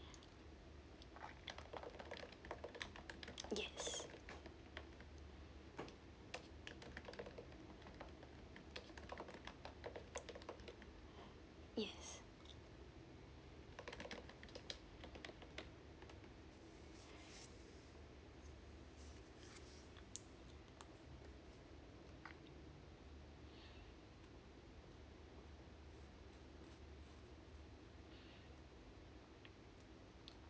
uh yes yes